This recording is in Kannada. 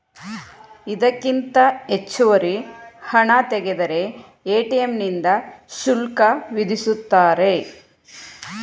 ಇದಕ್ಕಿಂತ ಹೆಚ್ಚುವರಿ ಹಣ ತೆಗೆದರೆ ಎ.ಟಿ.ಎಂ ನಿಂದ ಶುಲ್ಕ ವಿಧಿಸುತ್ತಾರೆ